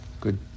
Good